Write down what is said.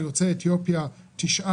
מקרב יוצאי אתיופיה 9,